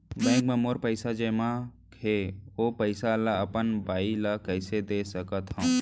Bank म मोर पइसा जेमा हे, ओ पइसा ला अपन बाई ला कइसे दे सकत हव?